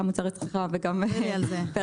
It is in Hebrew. גם מוצרי צריכה וגם פריפריה,